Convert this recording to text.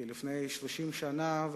מאז לפני 30 שנה,